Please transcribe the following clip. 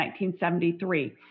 1973